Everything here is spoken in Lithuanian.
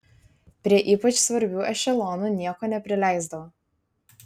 prie ypač svarbių ešelonų nieko neprileisdavo